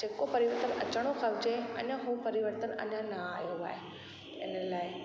जेको परिवर्तन अचिणो खपिजे अने हू परिवर्तन अञा न आयो आहे हिन लाइ